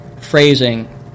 phrasing